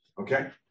Okay